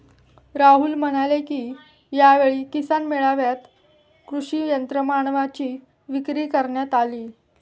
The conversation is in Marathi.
राहुल म्हणाले की, यावेळी किसान मेळ्यात कृषी यंत्रमानवांची विक्री करण्यात आली